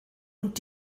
und